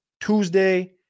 Tuesday